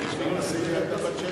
ילדה בת 16,